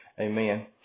amen